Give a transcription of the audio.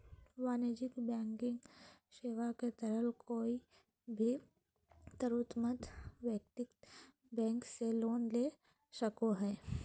वाणिज्यिक बैंकिंग सेवा के तहत कोय भी जरूरतमंद व्यक्ति बैंक से लोन ले सको हय